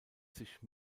sich